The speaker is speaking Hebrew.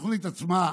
התוכנית עצמה,